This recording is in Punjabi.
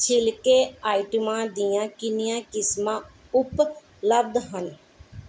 ਛਿਲਕੇ ਆਈਟਮਾਂ ਦੀਆਂ ਕਿੰਨੀਆਂ ਕਿਸਮਾਂ ਉਪਲਬਧ ਹਨ